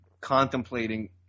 contemplating